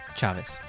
Chavez